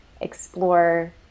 explore